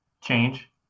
change